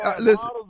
Listen